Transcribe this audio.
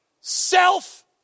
self